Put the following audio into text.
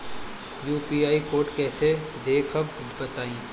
UPI code कैसे देखब बताई?